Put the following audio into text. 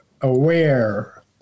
aware